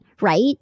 right